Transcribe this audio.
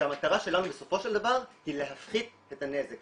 שהמטרה שלנו בסופו של דבר היא להפחית את הנזק,